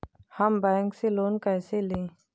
हम बैंक से लोन कैसे लें?